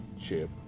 chip